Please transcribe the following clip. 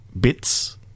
bits